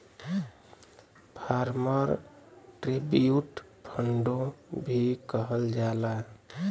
farmer tribute फ़ंडो भी कहल जाला